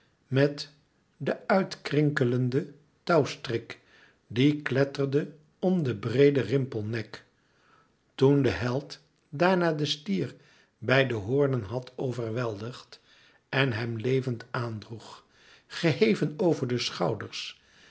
met de uit gekrinkelden touwstrik die kletterde om den breeden rimpelnek toen de held daarna den stier bij de hoornen had overweldigd en hem levend aan droeg geheven over de schouders